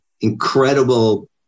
incredible